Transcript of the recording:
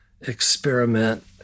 experiment